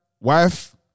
wife